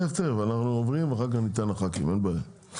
תיכף אנחנו עוברים ואחר כך ניתן לח"כים אין בעיה.